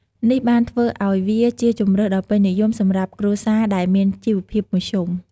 នេះបានធ្វើឱ្យវាជាជម្រើសដ៏ពេញនិយមសម្រាប់គ្រួសារដែលមានជីវភាពមធ្យម។